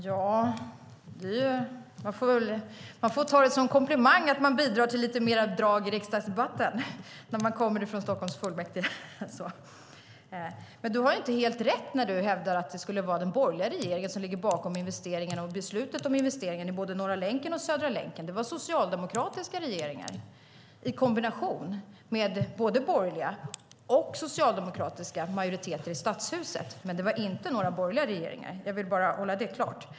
Herr talman! Jag får ta det som en komplimang att jag bidrar till lite drag i riksdagsdebatten när jag kommer från Stockholms stadsfullmäktige. Du har inte helt rätt, Gunnar Andrén, när du hävdar att det skulle vara den borgerliga regeringen som ligger bakom investeringarna och besluten om investeringar beträffande såväl Norra som Södra länken. Det var socialdemokratiska regeringar, en kombination av borgerliga och socialdemokratiska majoriteter i Stadshuset, som stod bakom besluten, inte borgerliga regeringar. Jag vill göra det klart.